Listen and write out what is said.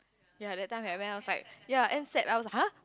ya that time when I went I was like ya end sep I was [huh]